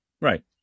right